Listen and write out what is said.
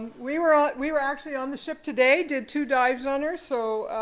we were ah we were actually on the ship today did two dives on her. so